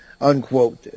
unquote